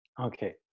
Okay